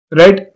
right